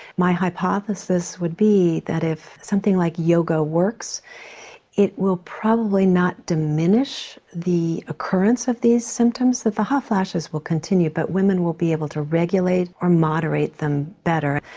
my hypothesis would be that if something like yoga works it will probably not diminish the occurrence of these symptoms, the hot flashes will continue but women will be able to regulate or moderate them better.